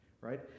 right